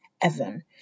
Evan